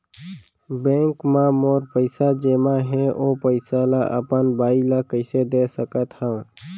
Bank म मोर पइसा जेमा हे, ओ पइसा ला अपन बाई ला कइसे दे सकत हव?